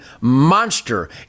monster